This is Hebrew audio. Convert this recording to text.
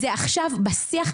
זה עכשיו בשיח,